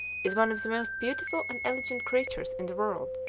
is one of the most beautiful and elegant creatures in the world,